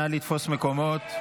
נא לתפוס מקומות.